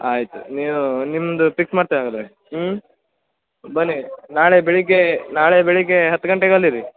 ಆಯಿತು ನೀವು ನಿಮ್ದು ಪಿಕ್ಸ್ ಮಾಡ್ತೆ ಹಾಗದ್ರೆ ಹ್ಞೂ ಬನ್ನಿ ನಾಳೆ ಬೆಳಗ್ಗೆ ನಾಳೆ ಬೆಳಗ್ಗೆ ಹತ್ತು ಗಂಟೆಗೆ ಅಲ್ಲಿರಿ